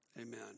Amen